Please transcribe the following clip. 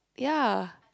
ya